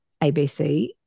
ABC